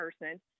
person